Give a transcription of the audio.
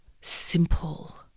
simple